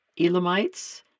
Elamites